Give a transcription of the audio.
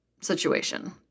situation